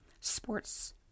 sports